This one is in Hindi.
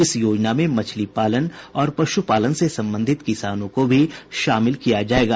इस योजना में मछली पालन और पशु पालन से संबंधित किसानों को भी शामिल किया जाएगा